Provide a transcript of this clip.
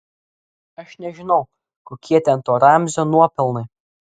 aš nežinau kokie ten to ramzio nuopelnai